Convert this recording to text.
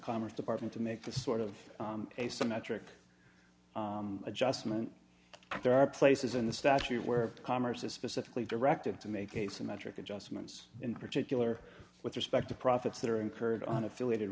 commerce department to make the sort of asymmetric adjustment there are places in the statute where commerce is specifically directed to make asymmetric adjustments in particular with respect to profits that are incurred on affiliated